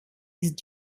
ist